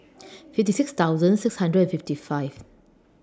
fifty six thousand six hundred and fifty five